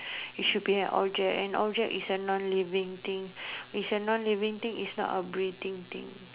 it should be an object an object is a non living thing is a non living thing is not a breathing thing